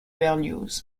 berlioz